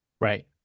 Right